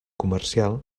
comercial